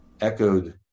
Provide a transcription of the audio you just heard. echoed